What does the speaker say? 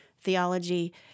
theology